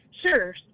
Sure